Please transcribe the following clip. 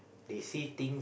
they see things